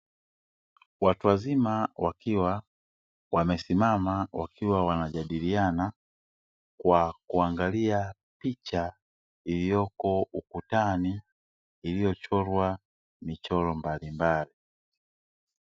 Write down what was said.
Watu wazima wakiwa wamesimama wakiwa wanajadiliana kwa kuangalia picha iliyoko ukutani iliyochorwa michoro mbalimbali.